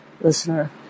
listener